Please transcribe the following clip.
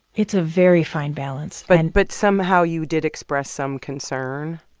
it's a very fine balance but and but somehow you did express some concern?